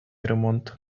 ремонт